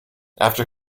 after